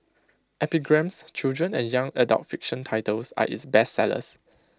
epigram's children and young adult fiction titles are its bestsellers